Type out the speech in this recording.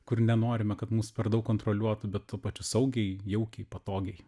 kur nenorime kad mus per daug kontroliuotų bet tuo pačiu saugiai jaukiai patogiai